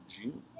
June